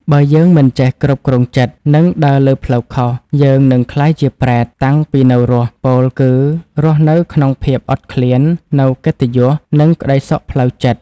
បើយើងមិនចេះគ្រប់គ្រងចិត្ត និងដើរលើផ្លូវខុស យើងនឹងក្លាយជា ប្រេត តាំងពីនៅរស់ ពោលគឺរស់នៅក្នុងភាពអត់ឃ្លាននូវកិត្តិយស និងក្ដីសុខផ្លូវចិត្ត។